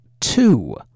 two